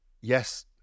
yes